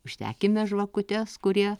uždekime žvakutes kurie